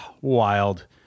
wild